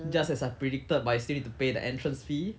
just as I predicted but you still need to pay the entrance fee